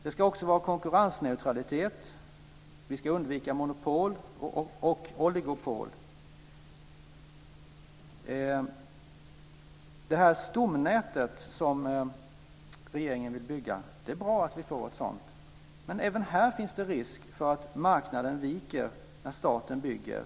Det ska också vara konkurrensneutralitet, vi ska undvika monopol och oligopol. Det är bra att vi får det stomnät regeringen vill bygga. Men även här finns det risk att marknaden viker när staten bygger.